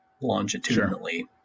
longitudinally